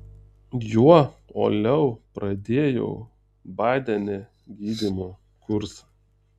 juo uoliau pradėjau badene gydymo kursą